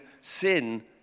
sin